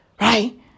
Right